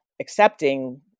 accepting